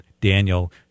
Daniel